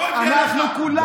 כואב לי עליך.